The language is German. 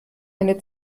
eine